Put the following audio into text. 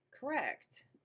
Correct